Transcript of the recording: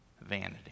vanity